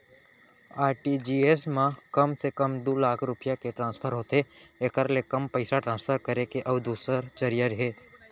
RTGS म कम से कम दू लाख रूपिया के ट्रांसफर होथे एकर ले कम पइसा ट्रांसफर करे के अउ दूसर जरिया हे